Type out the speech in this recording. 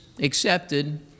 accepted